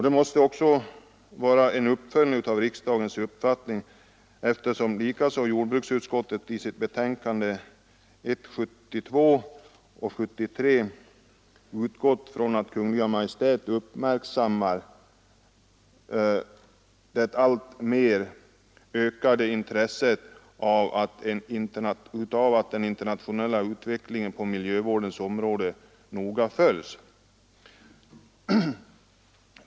Det måste vara en uppföljning av riksdagens uppfattning, eftersom jordbruksutskottet i sina betänkanden nr 1 år 1972 och 1973 har utgått från att Kungl. Maj:t uppmärksammar det alltmer ökande intresset av att den internationella utvecklingen på miljövårdens område noga följs.